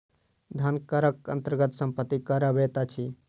धन करक अन्तर्गत सम्पत्ति कर अबैत अछि